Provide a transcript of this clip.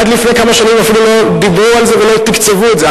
עד לפני כמה שנים אפילו לא דיברו על זה ולא תקצבו את זה.